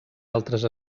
altres